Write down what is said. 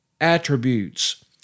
attributes